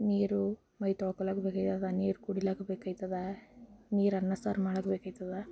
ನೀರು ಮೈ ತೊಳ್ಕೊಳ್ಳೋಕೆ ಬೇಕಾಯ್ತದ ನೀರು ಕುಡಿಲಿಕ್ಕೆ ಬೇಕಾಯ್ತದ ನೀರು ಅನ್ನ ಸಾರು ಮಾಡೋಕೆ ಬೇಕಾಯ್ತದ